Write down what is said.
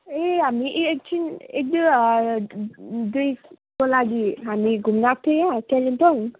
ए हामी यी एकछिन एक दुई दुईको लागि हामी घुम्न आएको थियो यहाँ कालिम्पोङ